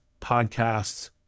podcasts